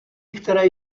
které